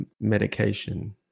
medication